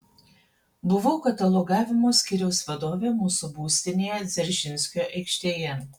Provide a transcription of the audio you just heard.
buvau katalogavimo skyriaus vadovė mūsų būstinėje dzeržinskio aikštėje